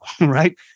right